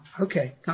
okay